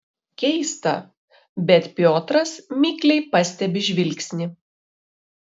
keista bet piotras mikliai pastebi žvilgsnį